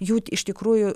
jų iš tikrųjų